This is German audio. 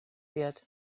wird